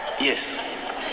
Yes